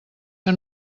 que